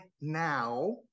now